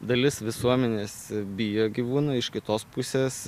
dalis visuomenės bijo gyvūnų iš kitos pusės